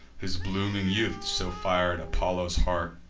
whose blooming youth so fir'd apollo's heart,